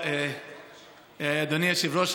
אדוני היושב-ראש,